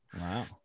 Wow